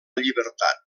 llibertat